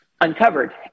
uncovered